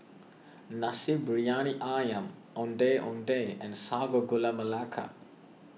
Nasi Briyani Ayam Ondeh Ondeh and Sago Gula Melaka